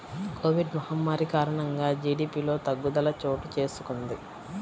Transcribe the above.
Covid మహమ్మారి కారణంగా జీడీపిలో తగ్గుదల చోటుచేసుకొంది